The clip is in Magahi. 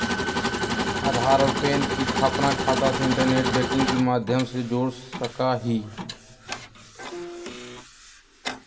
आधार और पैन के अपन खाता से इंटरनेट बैंकिंग के माध्यम से जोड़ सका हियी